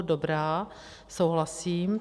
Dobrá, souhlasím.